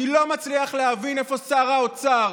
אני לא מצליח להבין איפה שר האוצר.